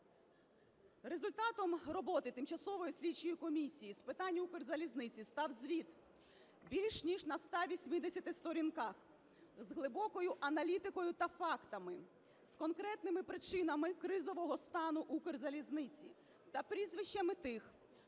Результатом роботи Тимчасової слідчої комісії з питань Укрзалізниці став звіт більше ніж на 180 сторінках з глибокою аналітикою та фактами, з конкретними причинами кризового стану Укрзалізниці та прізвищами тих,